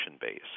base